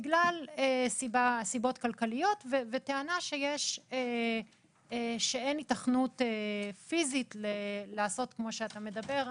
בגלל סיבות כלכליות ובגלל טענה שאין היתכנות פיזית לעשות כמו שאתה מדבר,